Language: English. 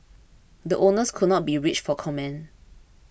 the owners could not be reached for comment